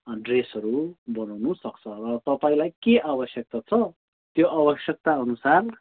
ड्रेसहरू बनाउनु सक्छ र तपाईँलाई के आवश्यकता छ त्यो आवश्यकताअनुसार